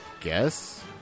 guess